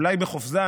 אולי בחופזה,